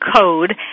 code